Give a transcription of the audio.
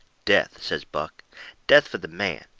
death, says buck death for the man.